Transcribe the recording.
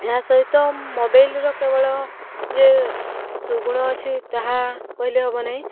ଏହା ସହିତ ମୋବାଇଲର କେବଳ ଯେ ସୁଗୁଣ ଅଛି ତାହା କହିଲେ ହବ ନାହିଁ